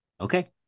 Okay